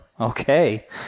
Okay